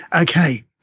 Okay